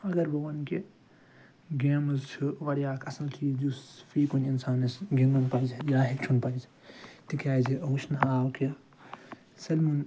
اگر بہٕ ونہٕ کہِ گیمٕز چھِ وارِیاہ اَکھ اصٕل چیٖز یُس فی کُنہِ اِنسانَس گِنٛدُن پَزِ یا ہیٚچھُن پَزِ تِکیٛازِ وُچھنہٕ آو کہِ سٲلمن